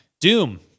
Doom